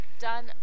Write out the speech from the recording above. done